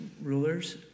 rulers